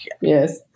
yes